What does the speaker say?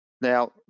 Now